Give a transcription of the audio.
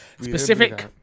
Specific